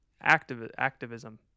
activism